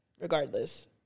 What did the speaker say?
regardless